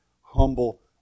humble